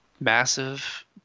Massive